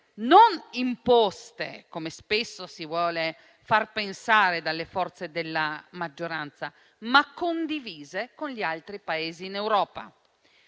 non imposte, come spesso si vuole far pensare da parte delle forze della maggioranza, ma condivise con gli altri Paesi in Europa.